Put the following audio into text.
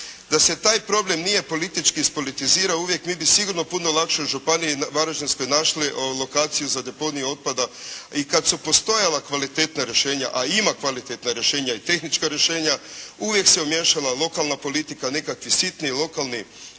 Da se taj problem nije politički ispolitizirao uvijek mi bi sigurno puno lakše u županiji Varaždinskoj našli lokaciju za deponij otpada. I kad su postojala kvalitetna rješenja, a ima kvalitetna rješenja i tehnička rješenja, uvijek se umiješala lokalna politika, nekakvi sitni lokalni